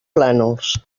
plànols